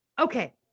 Okay